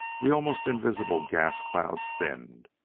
the almost invisible gas-clouds thinned